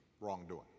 wrongdoing